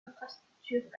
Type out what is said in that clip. infrastructure